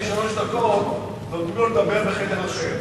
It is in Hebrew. היה פעם סידור שאחרי שלוש דקות נותנים לו לדבר בחדר אחר.